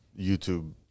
YouTube